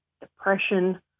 depression